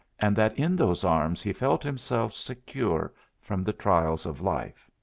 and that in those arms he felt himself secure from the trials of life.